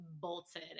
bolted